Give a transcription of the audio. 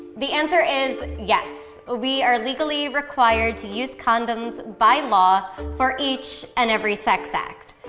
the answer is yes. we are legally required to use condoms by law for each and every sex act.